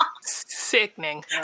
Sickening